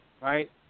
right